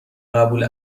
قبول